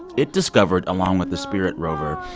it discovered, along with the spirit rover,